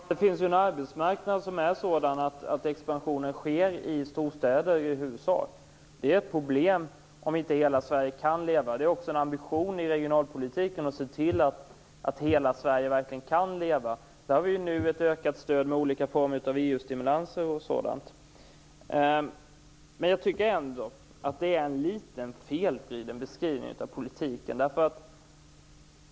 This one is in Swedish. Fru talman! Det finns ju en arbetsmarknad som är sådan att expansionen i huvudsak sker i storstäder. Det är ett problem om inte hela Sverige kan leva. Det är också en ambition i regionalpolitiken att se till att hela Sverige verkligen kan leva, och vi har ju nu ett ökat stöd genom olika former av EU-stimulans och sådant. Men jag tycker ändå att det är en litet felvriden beskrivning av politiken.